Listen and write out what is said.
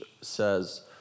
says